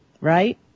right